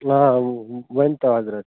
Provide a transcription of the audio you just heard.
آ ؤنۍتو حَضرت